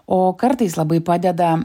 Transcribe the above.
o kartais labai padeda